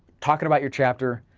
talking about your chapter,